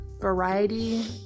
Variety